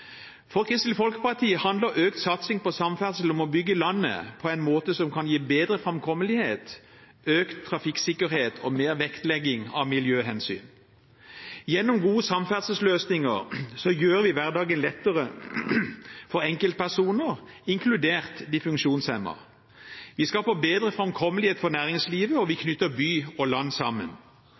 For Kristelig Folkeparti handler økt satsing på samferdsel om å bygge landet på en måte som kan gi bedre framkommelighet, økt trafikksikkerhet og mer vektlegging av miljøhensyn. Gjennom gode samferdselsløsninger gjør vi hverdagen lettere for enkeltpersoner, inkludert de funksjonshemmede. Vi skal få bedre framkommelighet for næringslivet, og vi knytter by og land sammen.